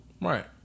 Right